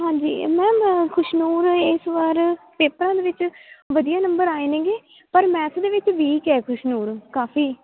ਹਾਂਜੀ ਮੈਮ ਖੁਸ਼ਨੂਰ ਇਸ ਵਾਰ ਪੇਪਰਾਂ ਦੇ ਵਿੱਚ ਵਧੀਆ ਨੰਬਰ ਆਏ ਨੇਗੇ ਪਰ ਮੈਥ ਦੇ ਵਿੱਚ ਵੀਕ ਹੈ ਖੁਸ਼ਨੂਰ ਕਾਫੀ